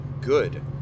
good